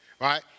Right